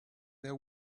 their